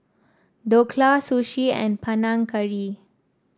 Dhokla Sushi and Panang Curry